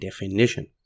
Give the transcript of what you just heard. definition